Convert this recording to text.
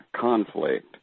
conflict